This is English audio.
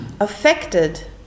affected